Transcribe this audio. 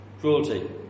cruelty